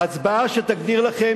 ההצבעה שתגדיר לכם,